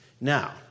Now